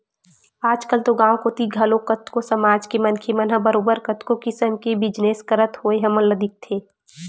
आजकल तो गाँव कोती घलो कतको समाज के मनखे मन ह बरोबर कतको किसम के बिजनस करत होय हमन ल दिखथे